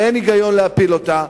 ואין היגיון בלהפיל אותה.